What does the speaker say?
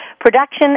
Production